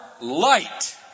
light